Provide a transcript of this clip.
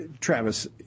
Travis